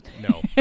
No